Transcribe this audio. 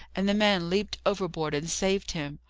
and the man leaped overboard and saved him.